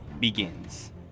begins